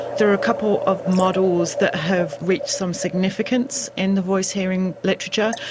there are ah couple of models that have reached some significance in the voice-hearing literature.